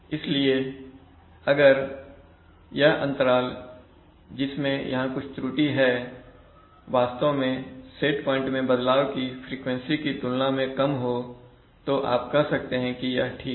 इसलिए अगर यह अंतराल जिसमें यहां कुछ त्रुटि है वास्तव में सेट प्वाइंट में बदलाव की फ्रीक्वेंसी की तुलना में कम हो तो आप कह सकते हैं कि यह ठीक है